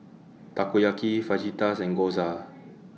Takoyaki Fajitas and Gyoza